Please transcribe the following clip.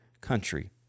country